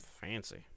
Fancy